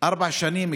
ארבע שנים,